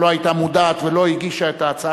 אני רוצה לציין שאם היום היתה מובאת בפנינו ההצעה